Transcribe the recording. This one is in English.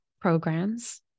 programs